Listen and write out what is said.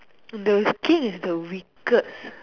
the King is the weakest